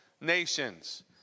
nations